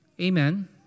Amen